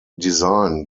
design